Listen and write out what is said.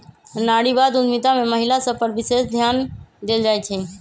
नारीवाद उद्यमिता में महिला सभ पर विशेष ध्यान देल जाइ छइ